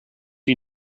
you